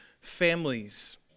families